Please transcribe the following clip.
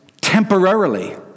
temporarily